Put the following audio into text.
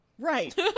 Right